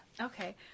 Okay